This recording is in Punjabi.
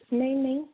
ਨਹੀਂ ਨਹੀਂ